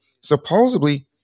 supposedly